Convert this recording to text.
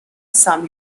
some